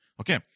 Okay